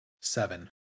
seven